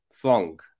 Fong